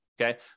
Okay